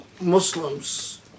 Muslims